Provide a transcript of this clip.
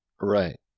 Right